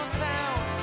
sound